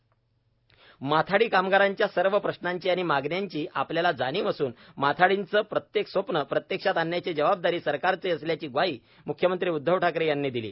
माथाडी कामगार माथाडी कामगारांच्या सर्व प्रश्नांची आणि मागण्यांची आपल्याला जाणीव असून माथाडींचे प्रत्येक स्वप्नं प्रत्यक्षात आणण्याची जबाबदारी सरकारची असल्याची ग्वाही म्ख्यमंत्री उद्वव ठाकरे यांनी दिली